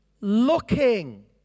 Looking